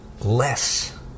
less